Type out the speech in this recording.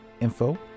info